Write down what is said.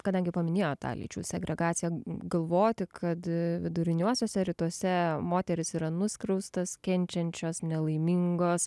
kadangi paminėjo tą lyčių segregaciją galvoti kad viduriniuosiuose rytuose moterys yra nuskriaustas kenčiančios nelaimingos